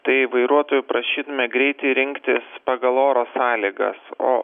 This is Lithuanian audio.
tai vairuotojų prašytume greitį rinktis pagal oro sąlygas o